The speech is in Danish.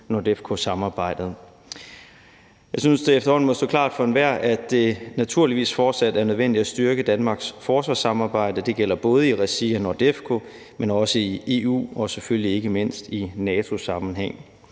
landene i NORDEFCO. Jeg synes, at det efterhånden må stå klart for enhver, at det naturligvis fortsat er nødvendigt at styrke Danmarks forsvarssamarbejde. Det gælder både i regi af NORDEFCO, men også i EU og selvfølgelig ikke mindst i NATO-sammenhæng.